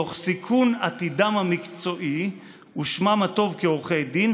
תוך סיכון עתידם המקצועי ושמם הטוב כעורכי דין,